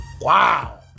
Wow